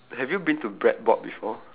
have you been to bread board before